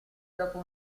dopo